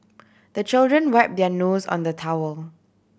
the children wipe their nose on the towel